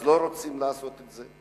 אז לא רוצים לעשות את זה.